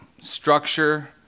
structure